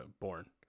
born